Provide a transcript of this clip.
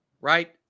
Right